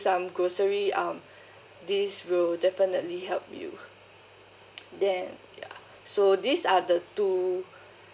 some grocery um this will definitely help you then ya so these are the two